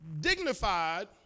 dignified